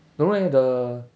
don't know eh the